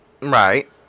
Right